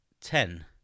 Ten